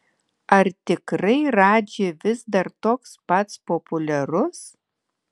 ar tikrai radži vis dar toks pats populiarus